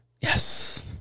yes